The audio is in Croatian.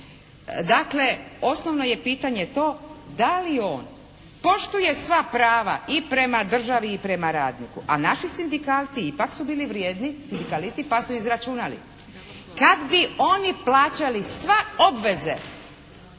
Dakle osnovno je pitanje to da li on poštuje sva prava i prema državi i prema radniku? A naši sindikalci ipak su bili vrijedni, sindikalisti, pa su izračunali. Kad bi oni plaćali sve obveze